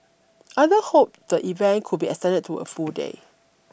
other hoped the event could be extended to a full day